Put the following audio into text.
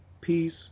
peace